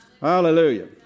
Hallelujah